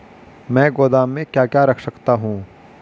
मैं गोदाम में क्या क्या रख सकता हूँ?